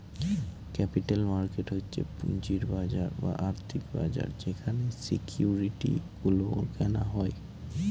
capital market হচ্ছে পুঁজির বাজার বা আর্থিক বাজার যেখানে সিকিউরিটি গুলো কেনা হয়